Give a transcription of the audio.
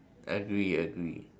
agree agree